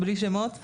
בלי שמות.